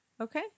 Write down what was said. Okay